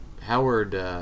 Howard